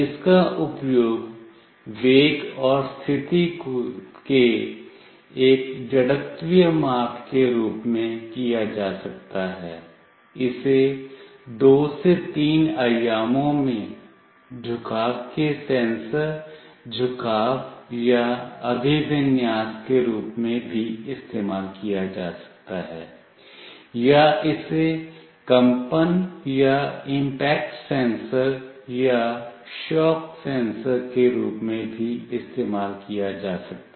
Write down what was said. इसका उपयोग वेग और स्थिति के एक जड़त्वीय माप के रूप में किया जा सकता है इसे 2 से 3 आयामों में झुकाव के सेंसर झुकाव या अभिविन्यास के रूप में भी इस्तेमाल किया जा सकता है या इसे कंपन या इंपैक्ट सेंसर या शॉक सेंसर के रूप में भी इस्तेमाल किया जा सकता है